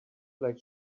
like